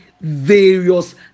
various